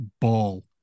ball